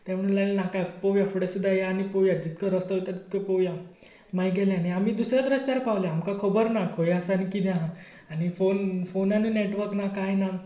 आतां पळोवया फुडें सुद्दा या आनी पळोवया जितलो रस्तो उरला तितलो पळोवया मागीर गेले आनी दुसऱ्याच रस्त्यार पावले आमकां खबर ना खंय आसा आनी कितें आसा आनी फोनारूय नॅटवर्क ना कांय ना